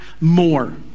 more